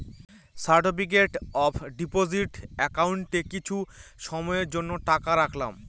certificate of deposit একাউন্টে কিছু সময়ের জন্য টাকা রাখলাম